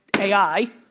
a i,